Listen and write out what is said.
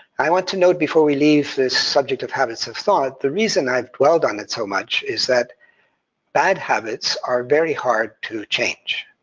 i want to note, before we leave this subject of habits of thought, the reason i've dwelled on it so much is that bad habits are very hard to change.